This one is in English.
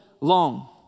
long